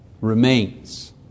remains